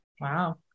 Wow